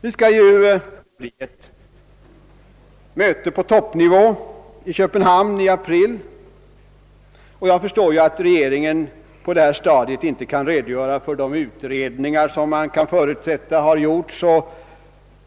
Nu skall det ju bli ett möte på toppnivå i Köpenhamn i april, och jag förstår att regeringen på detta stadium inte kan redogöra för de utredningar som man kan förutsätta har gjorts